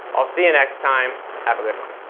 i'll see you next time, have a good one.